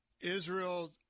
Israel